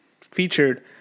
featured